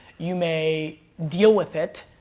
you may deal with it,